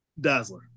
Dazzler